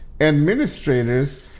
administrators